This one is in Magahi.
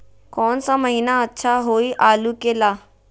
कौन सा महीना अच्छा होइ आलू के ला?